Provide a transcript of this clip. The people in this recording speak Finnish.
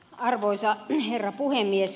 arvoisa herra puhemies